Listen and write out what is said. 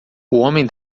homem